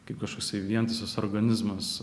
kaip kažkoksai vientisas organizmas